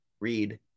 read